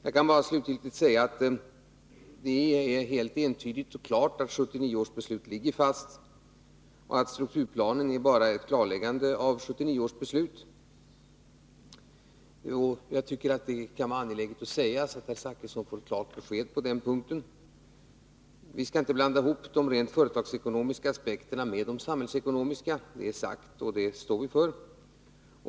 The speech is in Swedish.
Jag kan bara slutgiltigt säga att det är helt entydigt och klart att 1979 års beslut ligger fast och att strukturplanen bara är ett klarläggande av 1979 års beslut. Jag tycker att det kan vara angeläget att säga detta, så att herr Zachrisson får klart besked på den punkten. Vi skall inte blanda ihop de rent företagsekonomiska aspekterna med de samhällsekonomiska.